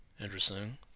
Interesting